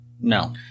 No